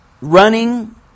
running